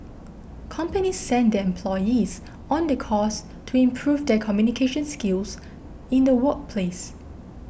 companies send their employees on the course to improve their communication skills in the workplace